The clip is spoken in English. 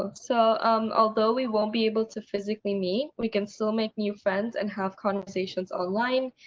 um so um although we won't be able to physically meet, we can still make new friends and have conversations online.